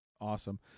awesome